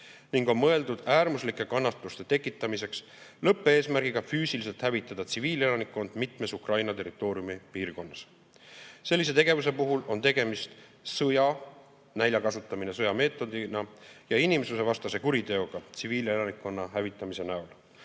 ning on mõeldud äärmuslike kannatuste tekitamiseks lõppeesmärgiga füüsiliselt hävitada tsiviilelanikkond mitmes Ukraina territooriumi piirkonnas. Sellise tegevuse puhul on tegemist sõja[kuriteo] – nälja kasutamine sõjameetodina – ja inimsusevastase kuriteoga tsiviilelanikkonna hävitamise näol.